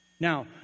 Now